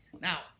Now